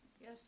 Yes